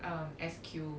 um S_Q